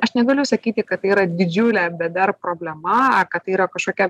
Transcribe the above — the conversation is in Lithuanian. aš negaliu sakyti kad tai yra didžiulė bėda ar problema kad tai yra kažkokia